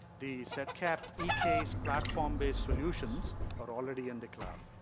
the set cap ecase platform based solutions are already in the cloud.